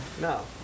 No